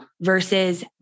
versus